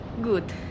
Good